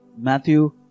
Matthew